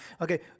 Okay